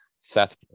seth